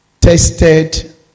tested